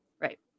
Right